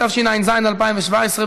התשע"ז 2017,